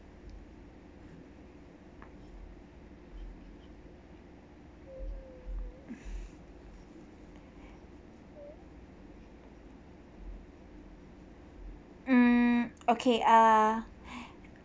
mm okay ah